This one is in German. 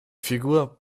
figur